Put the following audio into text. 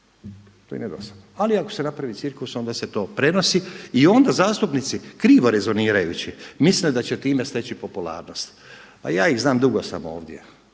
Ali ako se napravi cirkus, onda se to prenosi i onda zastupnici krivo rezonirajući misle da će time steći popularnost. Pa ja ih znam, dugo sam ovdje,